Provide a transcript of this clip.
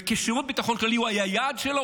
ובשירות הביטחון הכללי הוא היה יעד שלו,